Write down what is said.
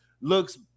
looks